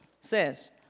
says